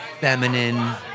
feminine